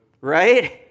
right